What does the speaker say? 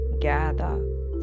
gather